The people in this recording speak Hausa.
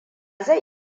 zai